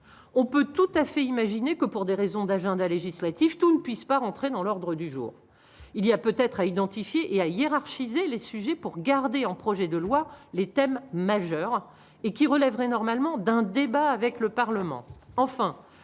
on peut tout à fait imaginer que pour des raisons d'agenda législatif tout ne puisse pas rentrer dans l'ordre du jour, il y a peut-être à identifier et à hiérarchiser les sujets pour garder en projet de loi les thèmes majeurs et qui relèverait normalement d'un débat avec le Parlement,